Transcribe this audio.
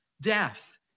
Death